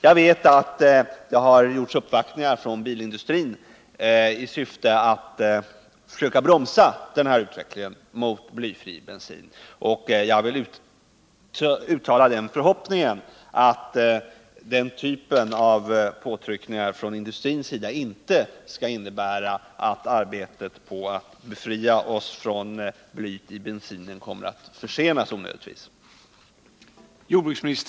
Jag vet att det har gjorts uppvaktningar från bilindustrins sida i syfte att försöka bromsa den här utvecklingen mot blyfri bensin, men jag hoppas att den typen av påtryckningar från industrins sida inte kommer att innebära att arbetet på att befria oss från blyet i bensinen kommer att försenas onödigt mycket.